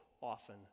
often